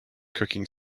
cooking